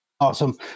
Awesome